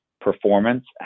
performance